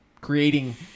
creating